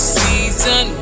season